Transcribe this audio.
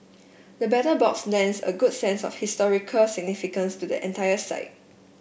the Battle Box lends a good sense of historical significance to the entire site